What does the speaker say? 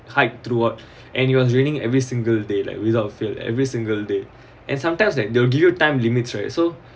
hike throughout anyone's raining every single day like without fail every single day and sometimes that they will give you time limits right so